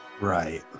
Right